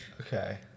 okay